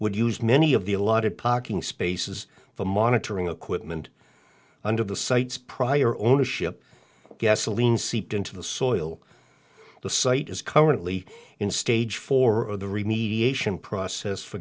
would use many of the allotted pocking spaces for monitoring equipment under the site's prior ownership gasoline seeped into the soil the site is currently in stage for the remediation process for